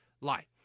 lie